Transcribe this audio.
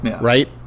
Right